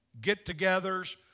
get-togethers